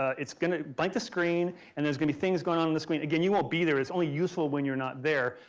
it's going to bite the screen and there's going to be things going on, on the screen. again you won't be there. it's only useful when you're not there.